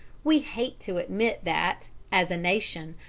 we hate to admit that, as a nation,